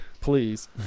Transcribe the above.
Please